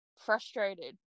frustrated